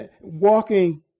Walking